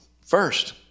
first